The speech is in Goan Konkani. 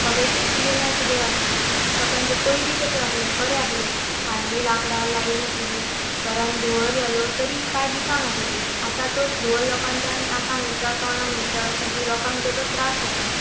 सगळेचेत किदें ना किदें आसा लोकांचे पयलीं कशें आसले बरें आसलेले हाडली लांकडां लायली चुली घरान धुंवर जालो तरी कांय दिसान आसलेले आतां तो धुंवर लोकांच्यान नाकान वयता तोंडान वयता सगळीं लोकांक तेचो त्रास जाता